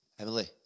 Emily